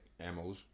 ammos